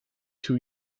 two